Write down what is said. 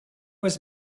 was